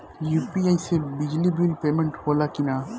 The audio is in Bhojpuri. यू.पी.आई से बिजली बिल पमेन्ट होला कि न?